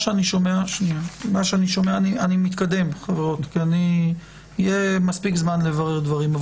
אני מתקדם, חברות, כי יהיה מספיק זמן לברר דברים.